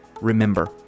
remember